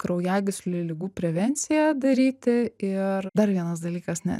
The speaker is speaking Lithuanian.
kraujagyslių ligų prevenciją daryti ir dar vienas dalykas net